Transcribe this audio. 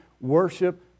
worship